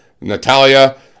Natalia